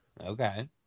Okay